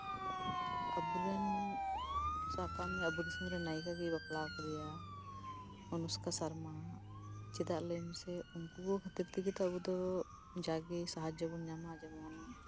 ᱟᱵᱚᱨᱮᱱ ᱥᱟᱵ ᱠᱟᱜ ᱢᱮ ᱟᱵᱚ ᱫᱤᱥᱚᱢᱨᱮᱱ ᱱᱟᱭᱤᱠᱟ ᱜᱮ ᱵᱟᱯᱞᱟ ᱠᱟᱫᱮᱭᱟ ᱚᱱᱩᱥᱠᱟ ᱥᱚᱨᱢᱟ ᱪᱮᱫᱟᱜ ᱞᱟᱹᱭ ᱢᱮᱥᱮ ᱩᱱᱠᱩ ᱠᱷᱟᱹᱛᱤᱨ ᱛᱮᱜᱮ ᱡᱟᱜᱜᱮ ᱥᱟᱦᱟᱡᱡᱚ ᱵᱚᱱ ᱧᱟᱢᱟ